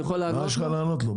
מה יש לך לענות לו?